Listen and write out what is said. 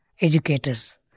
educators